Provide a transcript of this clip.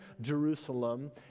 Jerusalem